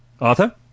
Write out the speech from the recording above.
Arthur